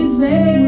say